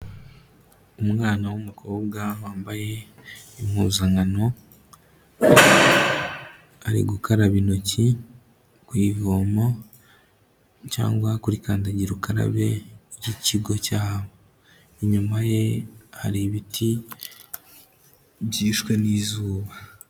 Umwana w'umukobwa wambaye impuzankano, ari gukaraba intoki ku ivomo cyangwa kuri kandagira ukarabe y'ikigo cyabo, inyuma ye hari ibiti byishwe n'izuba.